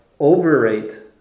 overrate